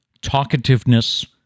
talkativeness